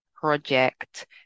project